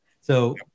so-